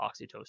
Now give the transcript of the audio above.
oxytocin